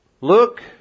Look